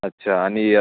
अच्छा आणि